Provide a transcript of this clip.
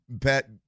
Pat